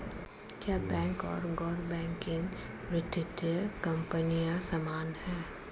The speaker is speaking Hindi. क्या बैंक और गैर बैंकिंग वित्तीय कंपनियां समान हैं?